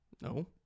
no